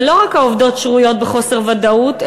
ולא רק העובדות שרויות בחוסר ודאות,